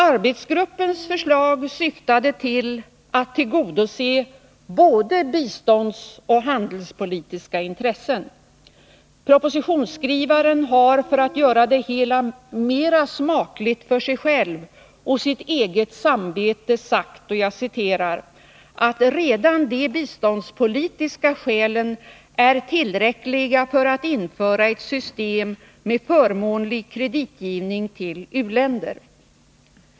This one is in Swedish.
Arbetsgruppens förslag syftade till att tillgodose både biståndsoch handelspolitiska intressen. Propositionsskrivaren har för att göra det hela mera smakligt för sig själv och sitt eget samvete sagt att ”redan de biståndspolitiska skälen är tillräckliga för att införa ett system med förmånlig kreditgivning till u-länder”.